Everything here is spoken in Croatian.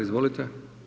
Izvolite.